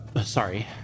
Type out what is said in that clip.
sorry